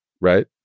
right